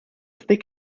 stick